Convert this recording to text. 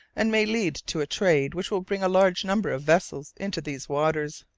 and may lead to a trade which will bring a large number of vessels into these waters.